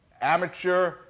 amateur